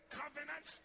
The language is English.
covenant